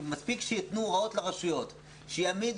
מספיק שיתנו הוראות לרשויות להעמיד